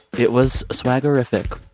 it was swaggerific